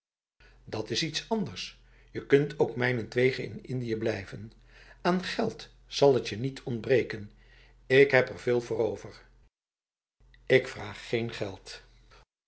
dat is iets anders je kunt ook mijnentwege in indië blijven aan geld zal het je niet ontbreken ik heb er veel voor overf ik vraag geen geld